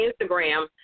Instagram